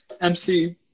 MC